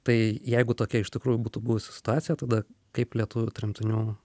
tai jeigu tokia iš tikrųjų būtų buvusi situacija tada kaip lietuvių tremtinių